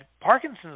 parkinson's